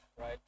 right